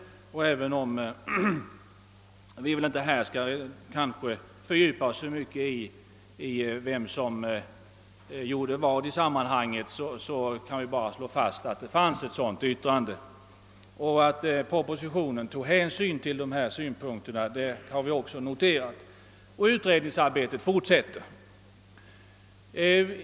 Även om vi här inte skall fördjupa oss så mycket i vem som gjorde vad i sammanhanget, kan vi dock slå fast att det fanns ett sådant yttrande. Att propositionen tog hänsyn till dessa synpunkter har vi också noterat — och utredningsarbetet fortsätter.